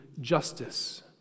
justice